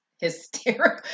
hysterical